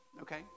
okay